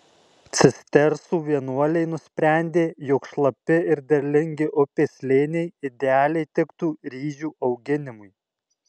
cistersų vienuoliai nusprendė jog šlapi ir derlingi upės slėniai idealiai tiktų ryžių auginimui